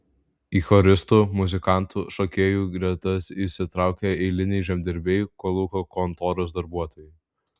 į choristų muzikantų šokėjų gretas įsitraukė eiliniai žemdirbiai kolūkio kontoros darbuotojai